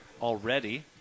already